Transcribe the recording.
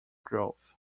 growth